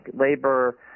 labor